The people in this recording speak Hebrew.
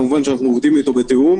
כמובן אנחנו עובדים אתו בתיאום.